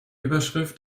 überschrift